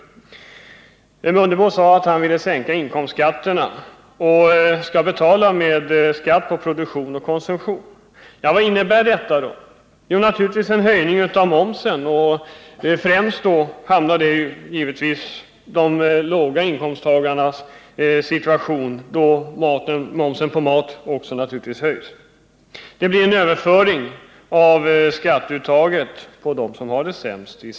Ingemar Mundebo sade att han ville sänka inkomstskatten och betala det med skatt på produktion och konsumtion. Vad innebär det? Jo, det innebär naturligtvis en höjning av momsen, något som främst drabbar låginkomsttagarna, då naturligtvis också matmomsen höjs. Det blir en överföring av skatteuttaget på dem som har det sämst ställt.